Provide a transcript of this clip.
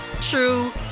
true